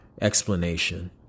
explanation